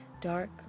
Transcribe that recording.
dark